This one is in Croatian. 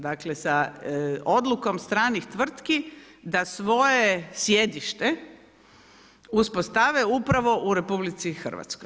Dakle, sa odlukom stranih tvrtki da svoje sjedište uspostave upravo u RH.